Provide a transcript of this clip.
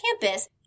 campus